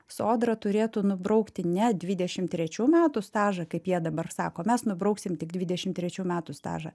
sodra turėtų nubraukti ne dvidešim trečių metų stažą kaip jie dabar sako mes nubrauksim tik dvidešim trečių metų stažą